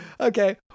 okay